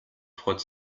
freut